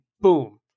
boom